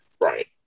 Right